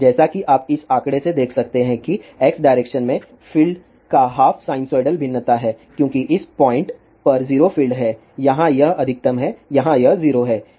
जैसा कि आप इस आंकड़े से देख सकते हैं कि x डायरेक्शन में फ़ील्ड का हाफ साइनसोइडल भिन्नता है क्योंकि इस पॉइंट पर 0 फ़ील्ड है यहां यह अधिकतम है यहां यह 0 है